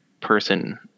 person